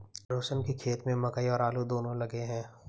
रोशन के खेत में मकई और आलू दोनो लगे हैं